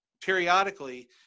periodically